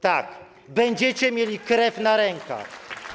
Tak, będziecie mieli krew na rękach.